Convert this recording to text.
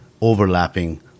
overlapping